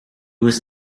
was